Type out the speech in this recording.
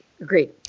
Agreed